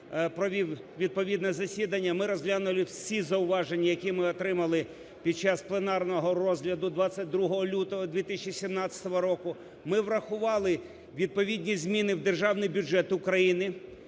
під час пленарного розгляду 22 лютого 2017 року. Ми врахували відповідні зміни в Державний бюджет України.